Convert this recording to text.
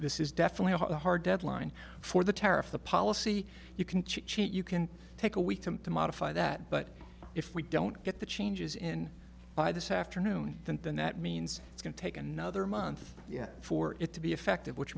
this is definitely a hard deadline for the tariff the policy you can cheat you can take a week to to modify that but if we don't get the changes in by this afternoon that then that means it's going to take another month for it to be effective which